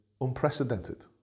unprecedented